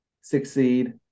succeed